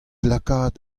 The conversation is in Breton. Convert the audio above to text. lakaat